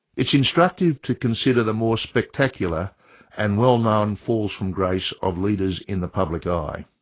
it's instructive to consider the more spectacular and well known falls-from-grace of leaders in the public eye